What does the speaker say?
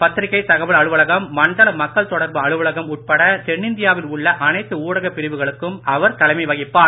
பத்திரிகை தகவல் மண்டல மக்கள் தொடர்பு உட்பட அலுவலகம் அலுவலகம் தென்னிந்தியாவில் உள்ள அனைத்து ஊடகப் பிரிவுகளுக்கும் அவர் தலைமை வகிப்பார்